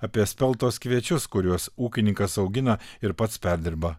apie speltos kviečius kuriuos ūkininkas augina ir pats perdirba